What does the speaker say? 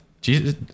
Jesus